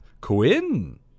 Quinn